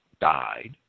died